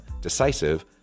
decisive